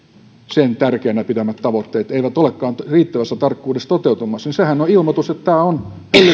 sen tärkeinä pitämät tavoitteet eivät olekaan riittävällä tarkkuudella toteutumassa niin sehän on ilmoitus että tämä on hyllyvällä